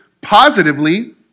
positively